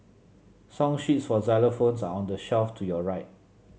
song sheets for xylophones are on the shelf to your right